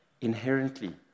inherently